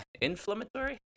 inflammatory